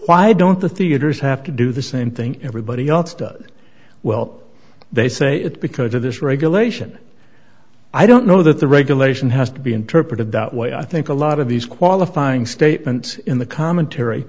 why don't the theaters have to do the same thing everybody else does well they say it because of this regulation i don't know that the regulation has to be interpreted that way i think a lot of these qualifying statements in the commentary